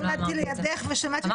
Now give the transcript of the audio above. עמדתי לידך ושמעתי אותך מסבירה את זה.